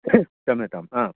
क्षम्यताम् आम्